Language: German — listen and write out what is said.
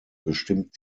bestimmt